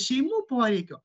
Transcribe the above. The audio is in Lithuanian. šeimų poreikio